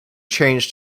changed